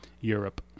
Europe